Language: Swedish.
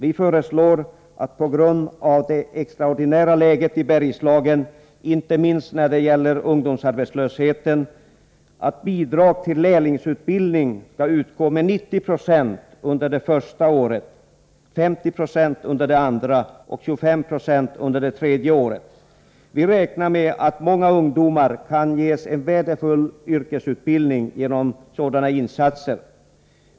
Vi föreslår att på grund av det extraordinära läget i Bergslagen, inte minst ungdomsarbetslösheten, skall bidrag till lärlingsutbildning utgå med 90 96 under det första året, med 50 26 under det andra och med 25 90 under det tredje året. Vi räknar med att många ungdomar kan ges en värdefull yrkesutbildning genom sådana insatser.